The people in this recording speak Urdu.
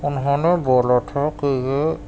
انہوں نے بولا تھا کہ یہ